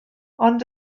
ond